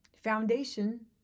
foundation